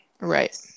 Right